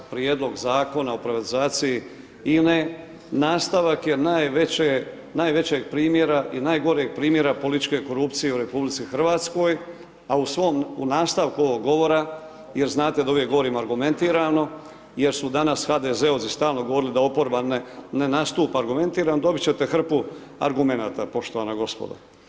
Prijedlog zakona o privatizaciji INA-e nastavak je najvećeg primjera i najgoreg primjera političke korupcije u Republici Hrvatskoj, a u nastavku ovoga govora jer znate da uvijek govorim argumentirano jer su danas HDZ-ovci stalno govorili da oporba ne nastupa argumentirano, dobit ćete hrpu argumenata poštovana gospodo.